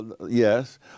Yes